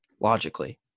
logically